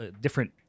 different